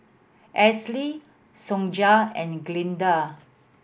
Azalee Sonja and Glenda